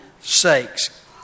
sakes